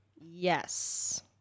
Yes